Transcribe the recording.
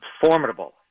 formidable